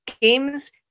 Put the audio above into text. Games